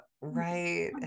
right